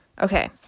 Okay